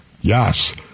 Yes